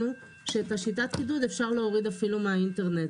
שאת שיטת הקידוד אפשר להוריד אפילו מהאינטרנט.